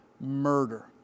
murder